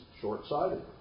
short-sighted